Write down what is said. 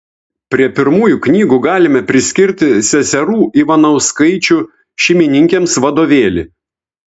prie pirmųjų knygų galime priskirti seserų ivanauskaičių šeimininkėms vadovėlį